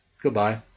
Goodbye